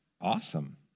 awesome